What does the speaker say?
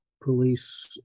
police